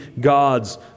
God's